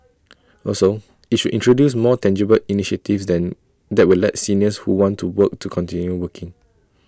also IT should introduce more tangible initiatives than that will let seniors who want to work to continue working